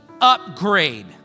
upgrade